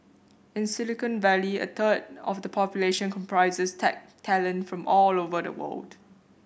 in Silicon Valley a third of the population comprises tech talent from all over the world